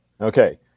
Okay